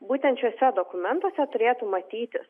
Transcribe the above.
būtent šiuose dokumentuose turėtų matytis